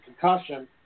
concussion